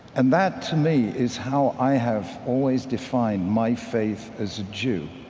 and that to me is how i have always defined my faith as a jew